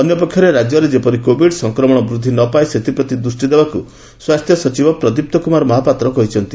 ଅନ୍ୟପକ୍ଷରେ ରାଜ୍ୟରେ ଯେପରି କୋଭିଡ ସଂକ୍ରମଣ ବୃଦ୍ଧି ନପାଏ ସେଥିପ୍ରତି ଦୃଷ୍ଟି ଦେବାକୁ ସ୍ୱାସ୍ଥ୍ୟ ସଚିବ ପ୍ରଦୀପ କୁମାର ମହାପାତ୍ର କହିଛନ୍ତି